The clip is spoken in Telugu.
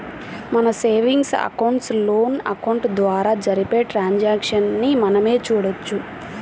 మన సేవింగ్స్ అకౌంట్, లోన్ అకౌంట్ల ద్వారా జరిపే ట్రాన్సాక్షన్స్ ని మనమే చూడొచ్చు